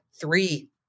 three